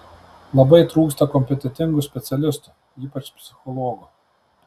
labai trūksta kompetentingų specialistų ypač psichologų